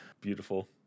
Beautiful